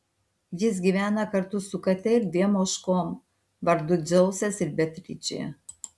jis gyvena kartu su kate ir dviem ožkom vardu dzeusas ir beatričė